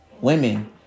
Women